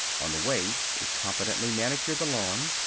on the way it competently manicured the lawn.